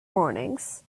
warnings